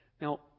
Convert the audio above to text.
Now